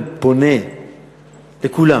אני פונה לכולם,